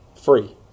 free